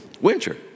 Winter